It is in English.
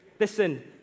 Listen